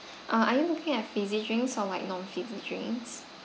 uh are you looking at fizzy drinks or like non-fizzy drinks